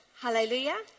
hallelujah